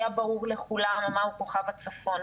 היה ברור לכולם מהו כוכב הצפון,